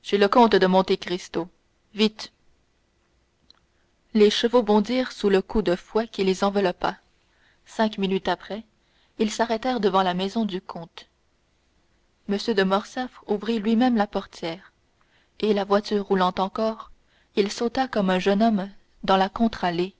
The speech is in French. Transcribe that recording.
le comte de monte cristo vite les chevaux bondirent sous le coup de fouet qui les enveloppa cinq minutes après ils s'arrêtèrent devant la maison du comte m de morcerf ouvrit lui-même la portière et la voiture roulant encore il sauta comme un jeune homme dans la contre-allée